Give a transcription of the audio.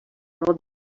will